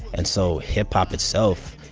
and so hip-hop itself,